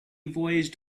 voyaged